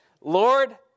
Lord